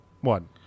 One